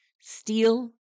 steel